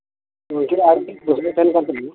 ᱢᱩᱪᱟᱹᱫ ᱨᱮ ᱟᱨ ᱢᱤᱫᱴᱮᱡ ᱠᱩᱠᱞᱤ ᱛᱟᱦᱮᱸᱱ ᱠᱟᱱᱛᱟᱞᱤᱧᱟ